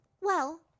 Well